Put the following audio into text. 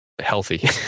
healthy